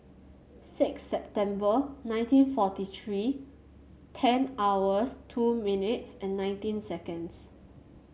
six September nineteen forty three ten hours two minutes and nineteen seconds